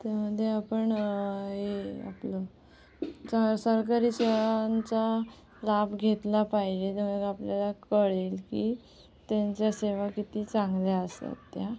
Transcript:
त्यामध्ये आपण ए आपलं स सरकारी सेवांचा लाभ घेतला पाहिजे त्यामुळे आपल्याला कळेल की त्यांच्या सेवा किती चांगल्या असतात त्या